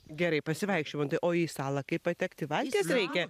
gerai pasivaikščiojimą o į salą kaip patekti valties reikia